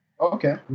okay